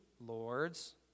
lords